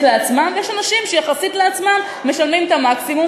לעצמם ויש אנשים שיחסית לעצמם משלמים את המקסימום,